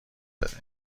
بده